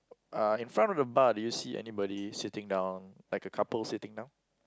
uh in front of the bar do you see anybody sitting down like a couple sitting down